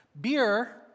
Beer